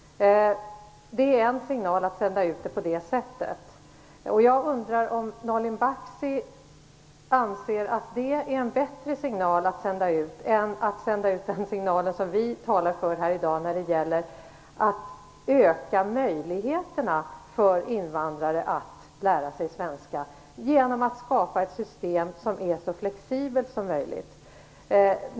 Att sända ut det på det sättet är en signal. Jag undrar om Nalin Baksi anser att detta är en bättre signal att sända ut än den som vi talar för här, nämligen att öka möjligheterna för invandrare att lära sig svenska genom att skapa ett system som är så flexibelt som möjligt.